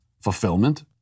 fulfillment